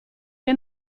che